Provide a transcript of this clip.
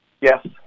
Yes